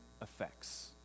effects